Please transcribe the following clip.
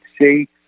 see